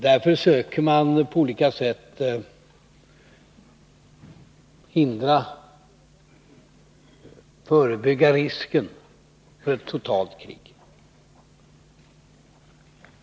Därför söker man på olika sätt förebygga risken för ett totalt krig.